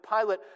Pilate